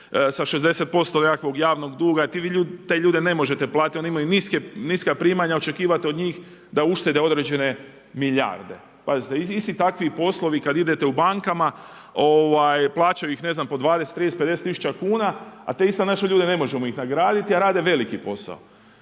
sa 60% javnog duga. Te ljude ne možete platiti, oni imaju niska primanja, očekivati od njih da uštede određene milijarde. Pazite, isti takvi poslovi, kada idete u bankama, plaćaju ne znam po 20, 30, 50 tisuća kuna, a te iste naše ljude ne možemo ih nagraditi, a rade veliki posao.